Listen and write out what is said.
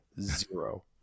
zero